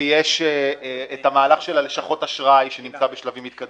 ויש את המהלך של לשכות האשראי שנמצא בשלבים מתקדמים.